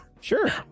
Sure